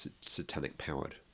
satanic-powered